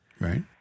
Right